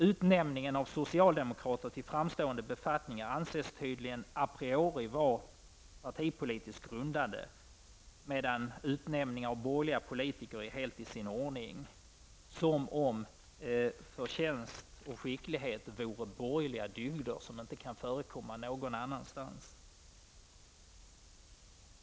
Utnämningar av socialdemokrater till framstående befattningar anses tydligen a priori vara partipolitiskt grundade, medan utnämningar av borgerliga politiker är helt i sin ordning, som om förtjänst och skicklighet vore borgerliga dygder som inte kan förekomma någon annanstans.